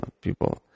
people